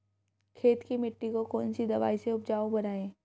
खेत की मिटी को कौन सी दवाई से उपजाऊ बनायें?